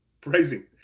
praising